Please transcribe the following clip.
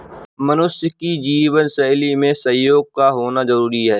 मनुष्य की जीवन शैली में सहयोग का होना जरुरी है